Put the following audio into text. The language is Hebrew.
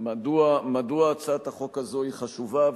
מדוע הצעת החוק הזאת היא חשובה.